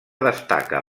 destaca